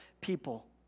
people